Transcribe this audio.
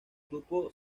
grupo